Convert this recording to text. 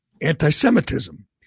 anti-Semitism